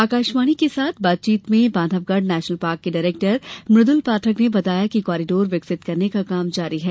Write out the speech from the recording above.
आकाशवाणी के साथ बातचीत में बांधवगढ़ नेशनल पार्क के डायरेक्टर मृद्ल पाठक ने बताया कि कॉरीडोर विकसित करने का काम जारी है